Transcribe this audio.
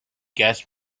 guest